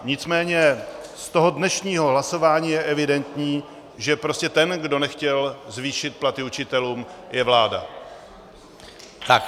Nicméně z toho dnešního hlasování je evidentní, že prostě ten, kdo nechtěl zvýšit platy učitelům, je vláda.